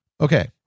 Okay